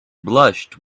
blushed